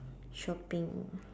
shopping